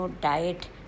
diet